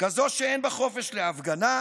כזאת שאין בה חופש להפגנה,